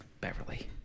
Beverly